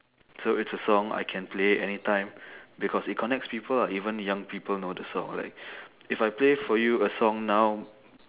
so it's a song I can play anytime because it connects people ah even young people know the song like if I play for you a song now